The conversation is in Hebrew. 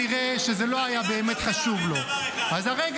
למה